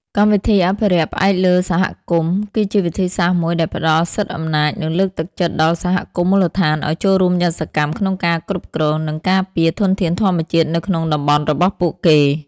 កម្មវិធីអភិរក្សផ្អែកលើសហគមន៍ គឺជាវិធីសាស្រ្តមួយដែលផ្ដល់សិទ្ធិអំណាច និងលើកទឹកចិត្តដល់សហគមន៍មូលដ្ឋានឱ្យចូលរួមយ៉ាងសកម្មក្នុងការគ្រប់គ្រង និងការពារធនធានធម្មជាតិនៅក្នុងតំបន់របស់ពួកគេ។